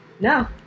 No